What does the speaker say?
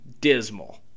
Dismal